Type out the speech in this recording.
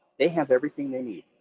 they have everything they need.